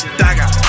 dagger